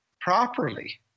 properly